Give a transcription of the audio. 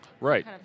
Right